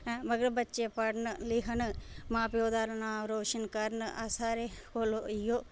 मगर बच्चे पढ़न लिखन मां प्यो दा नां रोशन करन अस सारे इयौ